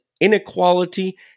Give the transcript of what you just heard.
inequality